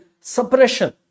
suppression